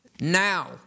now